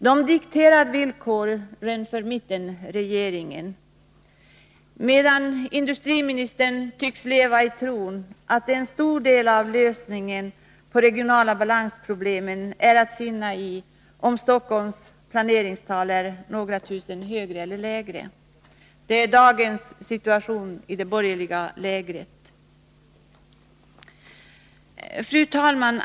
De dikterar villkoren för mittenregeringen, medan industriministern tycks leva i tron att en stor del av lösningen på de regionala balansproblemen är att finna i om Stockholms planeringstal är några tusen högre eller lägre. Det är dagens situation i det borgerliga lägret. Fru talman!